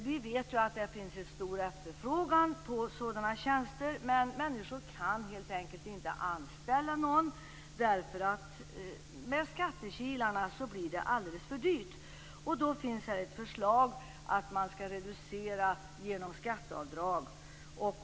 Vi vet ju att det finns en stor efterfrågan på sådana tjänster, men människor kan helt enkelt inte anställa någon eftersom det på grund av skattekilarna blir alldeles för dyrt. Därför finns här ett förslag om att reducera genom skatteavdrag.